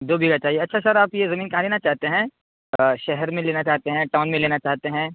دو بیگھہ چاہیے اچھا سر آپ یہ زمین کہاں لینا چاہتے ہیں شہر میں لینا چاہتے ہیں ٹاؤن میں لینا چاہتے ہیں